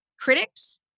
critics